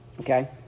okay